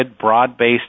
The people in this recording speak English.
broad-based